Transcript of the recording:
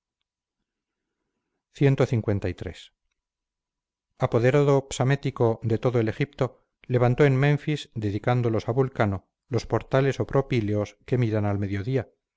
cliii apoderado psamético de todo el egipto levantó en menfis dedicándolos a vulcano los portales o propíleos que miran al mediodía